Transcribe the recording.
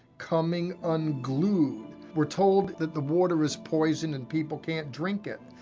coming unglued. we're told that the water is poison, and people can't drink it.